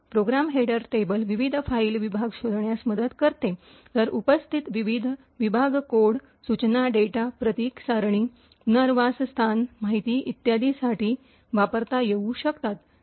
programme header table विविध file विभाग शोधण्यास मदत करते तर उपस्थित विविध विभाग कोड सूचना डेटा प्रतीक सारणी पुनर्वास स्थान माहिती इत्यादींसाठी वापरता येऊ शकतात